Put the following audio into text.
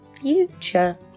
future